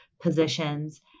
positions